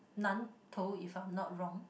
Nan-Tou if I'm not wrong